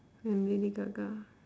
and lady gaga